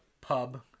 pub